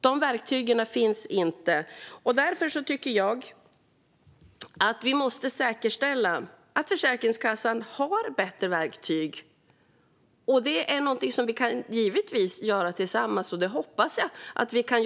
Jag tycker därför att vi måste säkerställa att Försäkringskassan har bättre verktyg. Detta är givetvis något vi kan göra tillsammans, och det hoppas jag att vi kan.